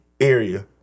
area